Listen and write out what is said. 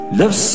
love